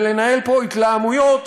ולנהל פה התלהמויות